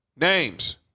Names